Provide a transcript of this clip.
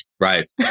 Right